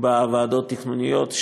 בוועדות התכנוניות,